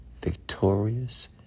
victorious